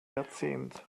jahrzehnt